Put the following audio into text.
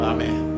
Amen